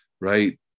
right